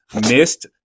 missed